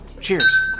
Cheers